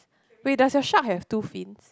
wait does the shark has two fins